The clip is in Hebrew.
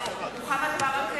רוני בר-און,